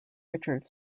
richard